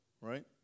right